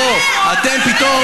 אתם פתאום,